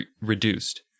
reduced